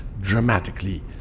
dramatically